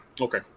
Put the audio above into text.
Okay